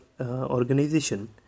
organization